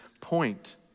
point